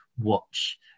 watch